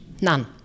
None